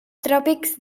tròpics